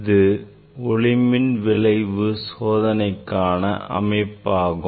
இதுதான் ஒளிமின் விளைவு சோதனைக்கான அமைப்பாகும்